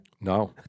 No